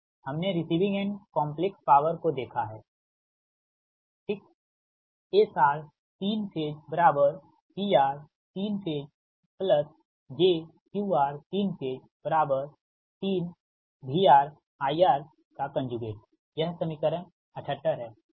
हमने receiving end complex power को देखा है SR3 PR3 jQR3 3VRIR यह समीकरण 78 है ठीक